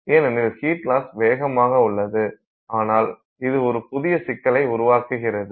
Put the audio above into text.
ஏனெனில் heat loss வேகமாக உள்ளது ஆனால் இது ஒரு புதிய சிக்கலை உருவாக்குகிறது